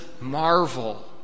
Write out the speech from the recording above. marvel